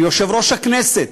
ליושב-ראש הכנסת,